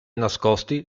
nascosti